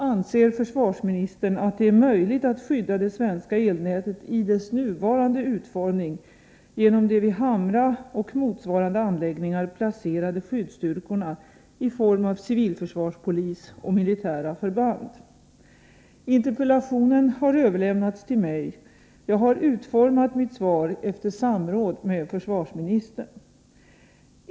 Anser försvarsministern att det är möjligt att skydda det svenska elnätet i dess nuvarande utformning, genom de vid Hamra och motsvarande anläggningar placerade skyddsstyrkorna i form av civilförsvarspolis och militära förband? Interpellationen har överlämnats till mig. Jag har utformat mitt svar efter samråd med försvarsministern.